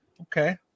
Okay